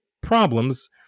problems